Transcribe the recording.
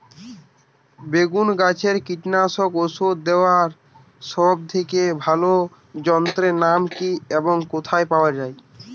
বেগুন গাছে কীটনাশক ওষুধ দেওয়ার সব থেকে ভালো যন্ত্রের নাম কি এবং কোথায় পাওয়া যায়?